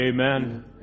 Amen